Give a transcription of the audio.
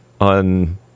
on